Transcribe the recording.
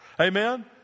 Amen